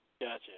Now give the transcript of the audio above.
Gotcha